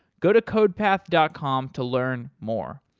go to codepath dot com to learn more.